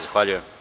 Zahvaljujem.